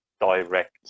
direct